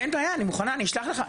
אין בעיה, אני מוכנה, אני אשלח לך.